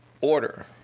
order